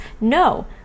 no